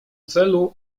celu